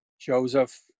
Joseph